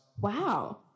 Wow